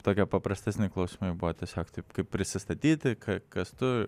tokie paprastesni klausimai buvo tiesiog taip kaip prisistatyti ka kas tu